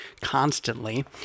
constantly